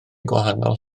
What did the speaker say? gwahanol